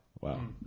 Wow